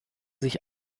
sich